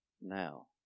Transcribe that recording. now